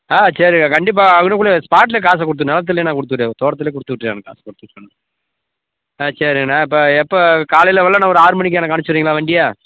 ஆ சரிங்க கண்டிப்பாக அங்கேனக்குள்ளையே ஸ்பாட்லேயே காசு கொடுத்துட்றேன் நிலத்துலே நான் கொடுத்துட்றேன் தோட்டத்திலே கொடுத்து விட்டுட்றேன் காசு கொடுத்துட்றேன் ஆ சரிண்ணா இப்போ எப்போ காலையில்க் குள்ளே நான் ஒரு ஆறு மணிக்கு எனக்கு அனுப்பிச்சிட்றீங்களா வண்டியை